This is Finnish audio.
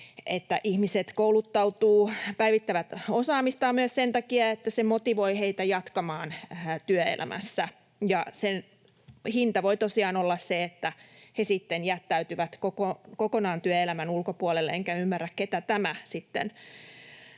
ihmiset kouluttautuvat, päivittävät osaamistaan myös sen takia, että se motivoi heitä jatkamaan työelämässä. Sen hinta voi tosiaan olla se, että he sitten jättäytyvät kokonaan työelämän ulkopuolelle, enkä ymmärrä, ketä tämä